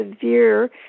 severe